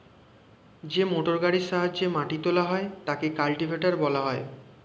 যে মোটরগাড়ির সাহায্যে মাটি তোলা হয় তাকে কাল্টিভেটর বলা হয়